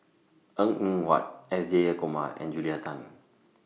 Png Eng Huat S Jayakumar and Julia Tan